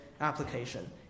application